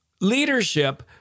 leadership